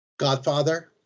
Godfather